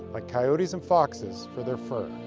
like coyotes and foxes, for their fur.